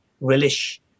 relish